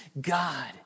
God